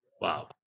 Wow